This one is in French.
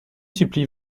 supplie